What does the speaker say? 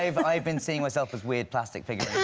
ah but i have been seeing myself as weird plastic figures